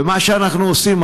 ומה שאנחנו עושים,